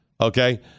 Okay